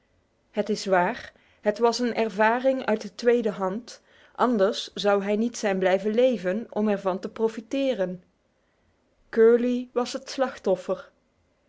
het is waar het was een ervaring uit de tweede hand anders zou hij niet zijn blijven leven om er van te profiteren curly was het slachtoffer